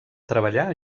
treballar